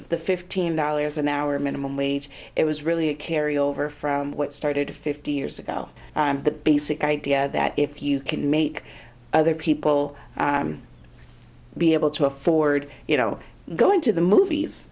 the fifteen dollars an hour minimum wage it was really a carryover from what started fifty years ago the basic idea that if you can make other people be able to afford you know going to the movies